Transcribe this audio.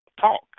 talk